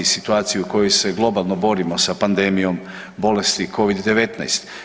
Situaciju u kojoj se globalno borimo sa pandemijom bolesti Covid-19.